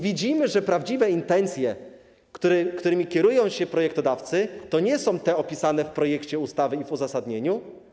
Widzimy, że prawdziwe intencje, którymi kierują się projektodawcy, to nie są te opisane w projekcie ustawy i w uzasadnieniu.